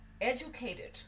educated